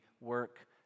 work